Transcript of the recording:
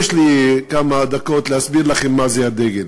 יש לי כמה דקות להסביר לכם מה זה הדגל.